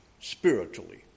spiritually